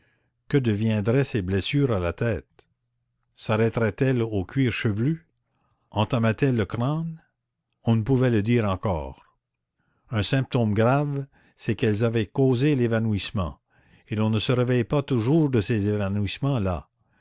que deviendraient ces blessures à la tête sarrêtaient elles au cuir chevelu entamaient elles le crâne on ne pouvait le dire encore un symptôme grave c'est qu'elles avaient causé l'évanouissement et l'on ne se réveille pas toujours de ces évanouissements là